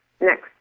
next